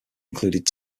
included